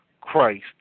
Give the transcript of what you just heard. Christ